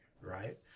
right